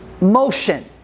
motion